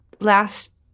last